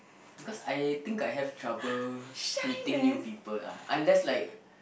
cause I think I have trouble meeting new people lah unless like